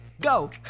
Go